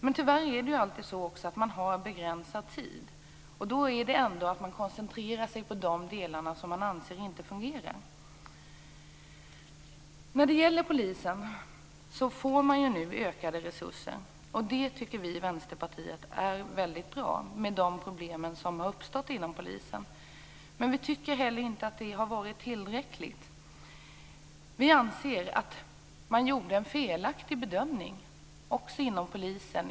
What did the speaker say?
Men tyvärr har man alltid begränsad tid, och då koncentrerar man sig på de delar som man anser inte fungerar. Polisen får nu ökade resurser. Vi i Vänsterpartiet tycker att det är väldigt bra, med de problem som har uppstått inom polisen. Men vi tycker inte heller att det har varit tillräckligt. Vi anser att man gjorde en felaktig bedömning också inom polisen.